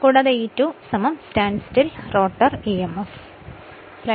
കൂടാതെ E2 standstill rotor emf